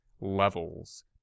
levels